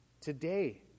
Today